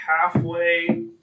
halfway